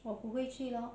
我不会去咯